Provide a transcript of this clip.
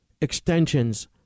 extensions